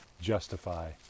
justify